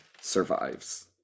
survives